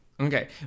Okay